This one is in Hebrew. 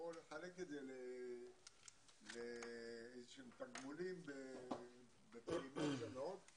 לחלק את זה לאיזה שהם תגמולים בפעימות שונות,